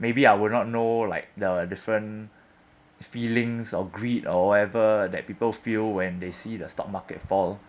maybe I will not know like the different feelings of greed or whatever that people feel when they see the stock market fall